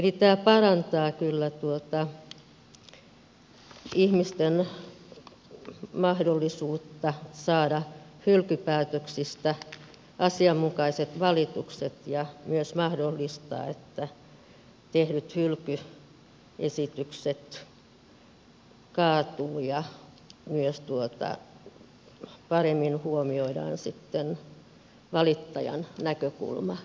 tämä parantaa kyllä ihmisten mahdollisuutta saada hylkypäätöksistä asianmukaiset valitukset ja myös mahdollistaa että tehdyt hylkyesitykset kaatuvat ja myös paremmin huomioidaan sitten valittajan näkökulma näissä asioissa